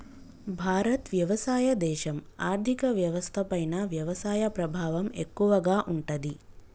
భారత్ వ్యవసాయ దేశం, ఆర్థిక వ్యవస్థ పైన వ్యవసాయ ప్రభావం ఎక్కువగా ఉంటది